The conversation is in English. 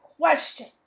question